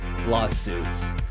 lawsuits